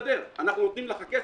אנחנו נותנים לך כסף.